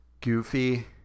Goofy